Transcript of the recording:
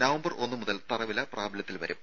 November ഒന്ന് മുതൽ തറവില പ്രാബല്യത്തിൽ വരും